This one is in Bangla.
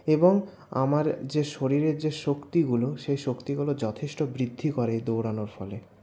এবং আমার যে শরীরের যে শক্তিগুলো সেই শক্তিগুলো যথেষ্ট বৃদ্ধি করে এই দৌড়ানোর ফলে